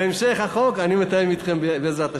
בהמשך חקיקת החוק, אני מתאם אתכם, בעזרת השם.